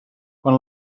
quan